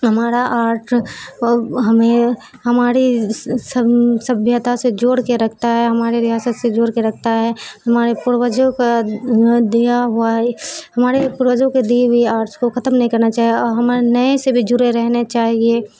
ہمارا آرٹ ہمیں ہماری سبھیتا سے جوڑ کے رکھتا ہے ہمارے ریاست سے جوڑ کے رکھتا ہے ہمارے پروجوں کا دیا ہوا ہے ہمارے پروجوں کے دی ہوئی آرٹس کو ختم نہیں کرنا چاہیے اور ہمارے نئے سے بھی جڑے رہنے چاہیے